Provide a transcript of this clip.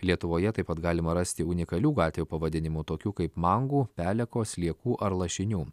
lietuvoje taip pat galima rasti unikalių gatvių pavadinimų tokių kaip mangų peleko sliekų ar lašinių